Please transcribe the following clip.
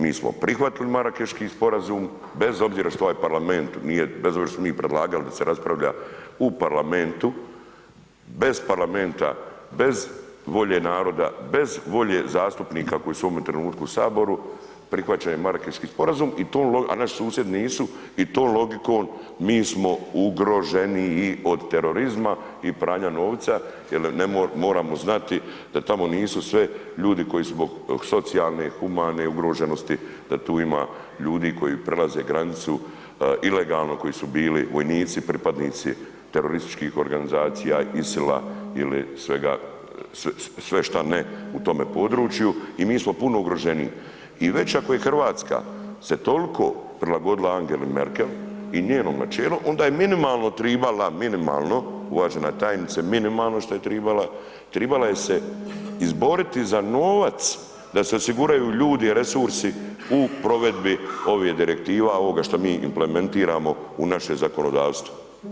Mi smo prihvatili Marakeški sporazum, bez obzira što ovaj parlament nije, bez obzira što smo predlagali da se raspravlja u Parlamentu, bez Parlamenta, bez volje naroda, bez volje zastupnika koji su u ovome trenutku u Saboru prihvaćen je Marakeški sporazum a naši susjedi nisu i tom logikom mi smo ugroženiji od terorizma i pranja novca jer moramo znati da tamo nisu sve ljudi koji zbog socijalne, humane ugroženosti, da tu ima ljudi koji prelaze granicu ilegalno, koji su bili vojnici, pripadnici terorističkih organizacija, ISIL-a ili svega sve šta ne u tom području i mi smo puno ugroženiji i već ako Hrvatska se toliko prilagodila Angeli Merkel i njenom načelu, onda je minimalno trebala, minimalno uvažena tajnice što je trebala, trebala je izboriti za novac da se osiguraju ljudi i resursi u provedbi ovih direktiva, ovoga što mi implementiramo u naše zakonodavstvo.